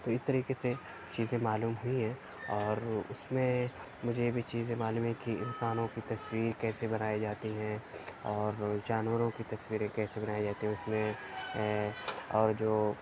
تو اِس طریقے سے چیزیں معلوم ہوئی ہیں اور اُس میں مجھے یہ بھی چیزیں معلوم ہیں کہ انسانوں کی تصویر کیسے بنائی جاتی ہیں اور جانوروں کی تصویریں کیسے بنائی جاتی ہے اُس میں اور جو